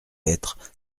être